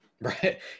Right